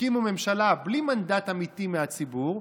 הקימו ממשלה בלי מנדט אמיתי מהציבור,